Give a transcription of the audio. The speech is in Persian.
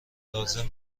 لازم